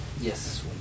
Yes